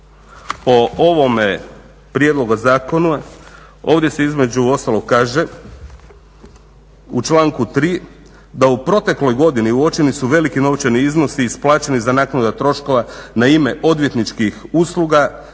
o ovome prijedlogu zakona, ovdje se između ostalog kaže u članku 3. da u protekloj godini uočeni su veliki novčani iznosi isplaćeni za naknadu troškova na ime odvjetničkih usluga